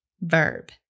verb